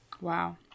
Wow